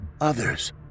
Others